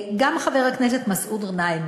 גם חבר הכנסת מסעוד גנאים